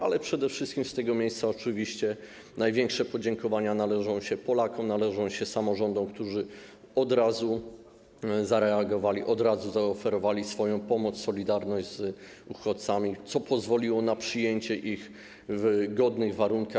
Ale przede wszystkim z tego miejsca największe podziękowania należą się Polakom i samorządom, którzy od razu zareagowali, od razu zaoferowali swoją pomoc, solidarność z uchodźcami, co pozwoliło na przyjęcie ich w godnych warunkach.